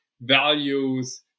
values